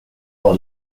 all